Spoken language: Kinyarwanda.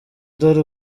dore